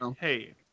hey